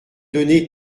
donner